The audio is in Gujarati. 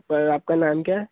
પર આપકા નામ કયા હે